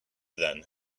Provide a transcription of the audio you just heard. then